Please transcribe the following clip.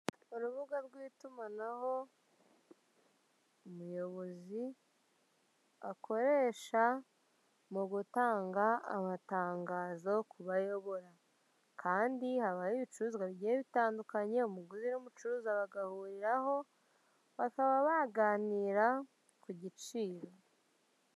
Urubuga rw'itumanaho, umuyobozi akoresha mu gutanga amatangazo kub'ayobora. Kandi habaho ibucuruzwa bigiye bitandukanye, umuguzi n'umucuruza bagahuriraho bakaba baganira ku giciro.